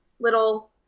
little